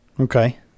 okay